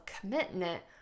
commitment